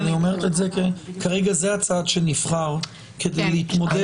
היא אומרת את זה כי כרגע זה הצעד שנבחר כדי להתמודד עם -- כן.